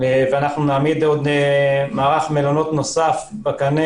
אנחנו גם נעמיד מערך מלונות נוסף בקנה